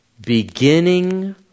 beginning